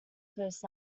first